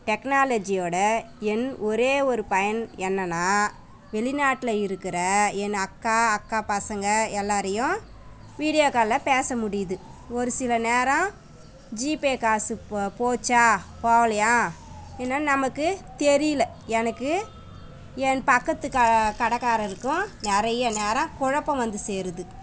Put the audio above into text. டெக்னாலஜியோடய என் ஒரே ஒரு பயன் என்னென்னா வெளிநாட்டில் இருக்கிற என் அக்கா அக்கா பசங்க எல்லோரையும் வீடியோ காலில் பேச முடியுது ஒரு சில நேரம் ஜிபே காசு போ போச்சால் போகலையா ஏன்னால் நமக்கு தெரியல எனக்கு என் பக்கத்து க கடைக்காரருக்கும் நிறைய நேரம் குழப்பம் வந்து சேருது